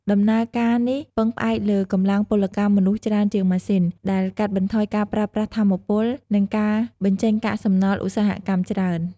ដំណើរការនេះពឹងផ្អែកលើកម្លាំងពលកម្មមនុស្សច្រើនជាងម៉ាស៊ីន ដែលកាត់បន្ថយការប្រើប្រាស់ថាមពល និងការបញ្ចេញកាកសំណល់ឧស្សាហកម្មច្រើន។